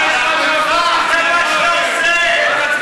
זה מה שאתה עושה , זה מה שאתה עושה, אנחנו אתך.